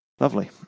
Lovely